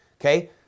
okay